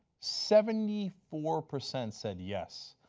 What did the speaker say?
seventy four percent said yes.